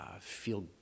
feel